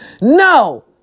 No